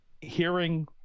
hearing